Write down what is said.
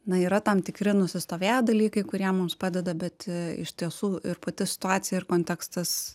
na yra tam tikri nusistovėję dalykai kurie mums padeda bet iš tiesų ir pati situacija ir kontekstas